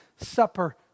supper